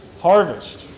harvest